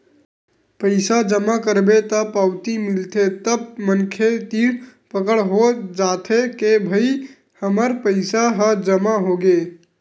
पइसा जमा करबे त पावती मिलथे तब मनखे तीर पकड़ हो जाथे के भई हमर पइसा ह जमा होगे